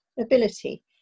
ability